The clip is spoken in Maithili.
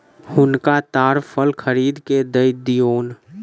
हुनका ताड़ फल खरीद के दअ दियौन